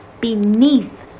beneath